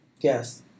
Yes